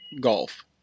golf